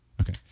Okay